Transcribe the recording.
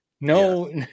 no